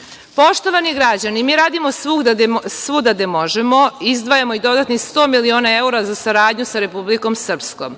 Srbe. Poštovani građani, mi gradimo svuda gde možemo, izdvajamo i dodatnih 100 miliona evra za saradnju sa Republikom Srpskom.